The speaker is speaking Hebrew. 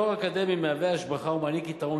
תואר אקדמי מהווה השבחה ומעניק יתרון